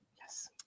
Yes